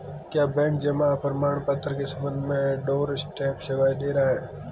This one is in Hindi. क्या बैंक जमा प्रमाण पत्र के संबंध में डोरस्टेप सेवाएं दे रहा है?